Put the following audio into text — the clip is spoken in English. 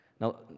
Now